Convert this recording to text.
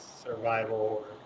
survival